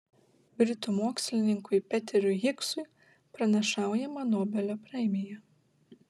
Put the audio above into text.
britų mokslininkui peteriui higsui pranašaujama nobelio premija